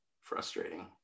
Frustrating